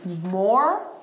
more